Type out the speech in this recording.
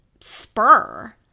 spur